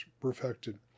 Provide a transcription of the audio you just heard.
perfected